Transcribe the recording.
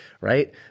right